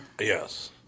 Yes